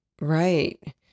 Right